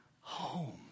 home